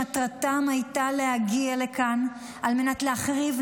-- שמטרתם הייתה להגיע לכאן על מנת להחריב,